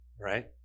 right